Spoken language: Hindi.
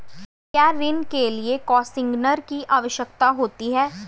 क्या ऋण के लिए कोसिग्नर की आवश्यकता होती है?